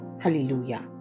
Hallelujah